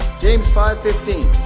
james five fifteen.